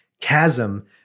chasm